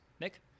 Nick